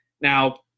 now